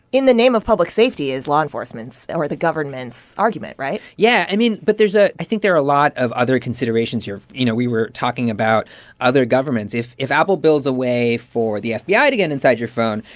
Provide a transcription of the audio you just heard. in the name of public safety is law enforcement's or the government's argument, right? yeah. i mean, but there's a i think there are a lot of other considerations here. you know, we were talking about other governments. if if apple builds a way for the fbi to get inside your phone,